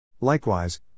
Likewise